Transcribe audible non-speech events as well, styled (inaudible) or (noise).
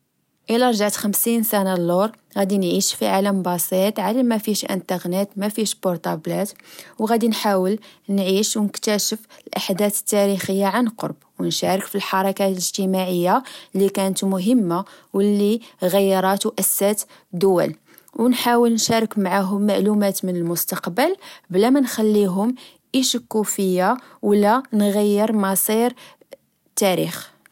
إلا رجعت خمسين سنة الور، غدي نعيش في عالم بسيط، عالم مفيهش أنتغنيت، مفيهش بورطبلات. (noise) أو غدي نحاول نعيش أو نكتاشف الأحدات التاريخية عن قرب، أو نشارك في الحركة الإجتماعية لكانت مهمة ولي غيرات وأسات دول، أو نحال نشارك معاهم معلومات من المستقبل بلا منخليهم إشكو فيا ولا نغير مصير (hesitation) التاريخ